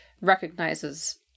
recognizes